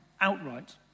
outright